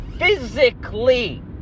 physically